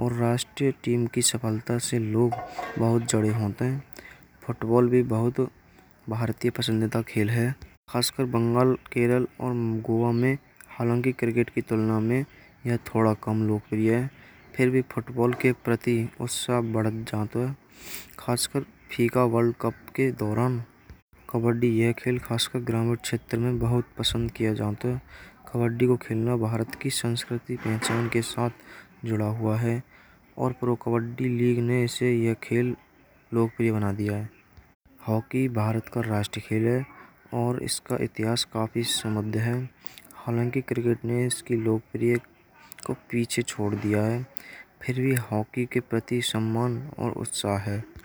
और राष्ट्रीय टीम की सफलता से लोग बहुत जुड़े हुए हैं फुटबॉल भी बहुत भारतीय पसंदीदा खेल होत है। बंगाल, केरल और गोवा में हांलाकि क्रिकेट की तुलना में थोड़ा कम लोकप्रिय हैं। फिर भी फुटबॉल के प्रति वा सब बढ़ जातो है। खासकसर फीफा वर्ल्ड कप के दौरान कबड्डी यह खेल खासर ग्रामीण क्षेत्र में बहुत पसंद कियो जात है। कबड्डी को खेलना भारत की संस्कृति पहचान के साथ जुड़ा हुआ है। और प्रो कबड्डी लीग ने इसे यह खेल लोकप्रिय बना दियो है। हॉकी भारत का राष्ट्रीय खेल है। और इसका इतिहास का भी संबंध है। हांलाकि क्रिकेट में इसकी लोकप्रियता को पीछे छोड़ दिया है। फिर भी हॉकी के प्रति सम्मान और उत्साह है।